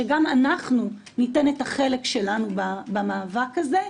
שגם אנחנו ניתן את החלק שלנו במאבק הזה,